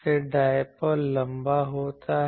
फिर डायपोल लंबा होता है